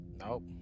Nope